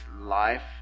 life